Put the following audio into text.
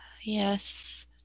Yes